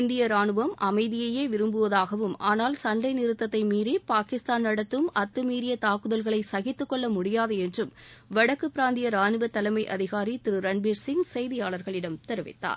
இந்திய ரானுவம் அமைதியையே விரும்புவதாகவும் ஆனால் சண்டைநிறுத்தத்தை மீறி பாகிஸ்தான் நடத்தும் அத்துமீறிய தாக்குதல்களை சகித்துக்கொள்ள முடியாது என்றும் வடக்கு பிராந்திய ராணுவ தலைமை அதிகாரி திரு ரண்பீர்சிங் செய்தியாளர்களிடம் தெரிவித்தார்